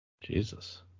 Jesus